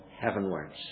heavenwards